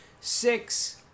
six